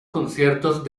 conciertos